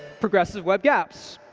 progressive web gaps.